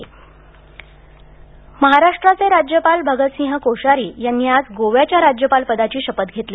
कोश्यारी गोवा राज्यपाल महाराष्ट्राचे राज्यपाल भगतसिंह कोश्यारी यांनी आज गोव्याच्या राज्यपाल पदाची शपथ घेतली